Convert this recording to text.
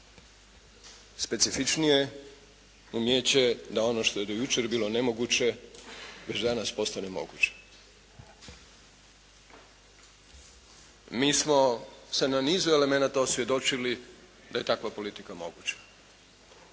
Specifičnije umijeće na ono što je do jučer bilo nemoguće već danas postane moguće. Mi smo se na nizu elemenata osvjedočili da je takva politika moguća.